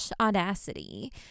audacity